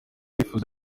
yipfuza